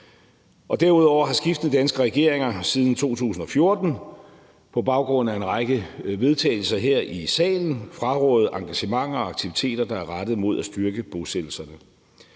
Derudover har skiftende danske regeringer siden 2014 på baggrund af en række vedtagelser her i salen frarådet engagementer og aktiviteter, der er rettet mod at styrke bosættelserne.